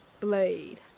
blade